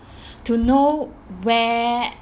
to know where